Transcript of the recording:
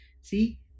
see